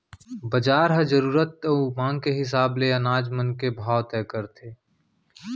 बजार ह जरूरत अउ मांग के हिसाब ले अनाज मन के भाव तय करथे